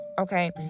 Okay